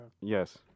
Yes